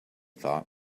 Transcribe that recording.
thought